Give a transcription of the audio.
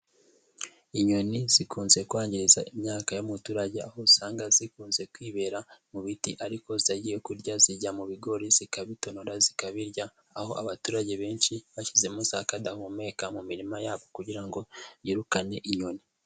Inyoni zikunze kwangiza imyaka y'umuturage, aho usanga zikunze kwibera mu biti, ariko iyo zagiye kurya zijya mu bigori zikabitonora, zikabirya, aho abaturage benshi bashyizemo zakadahumeka mu mirima yabo kugira ngo yirukane inyoni.